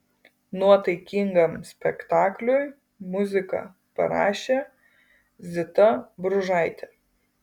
nuotaikingam spektakliui muziką parašė zita bružaitė